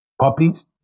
puppies